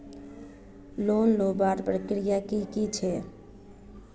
Loan लुबार प्रक्रिया की की छे?